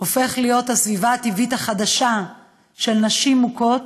הם הופכים להיות הסביבה הטבעית החדשה של נשים מוכות,